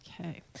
Okay